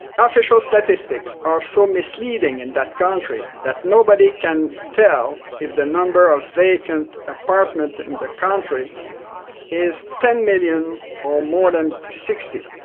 official statistics are so misleading in that country that nobody can tell if the number of vacant apartments in and the country is ten million or more than sixty.